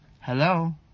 Hello